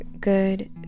good